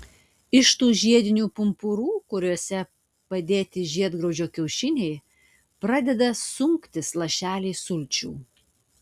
iš tų žiedinių pumpurų kuriuose padėti žiedgraužio kiaušiniai pradeda sunktis lašeliai sulčių